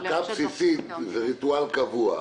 ארכה בסיסית זה ריטואל קבוע.